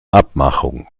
abmachung